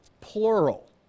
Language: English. plural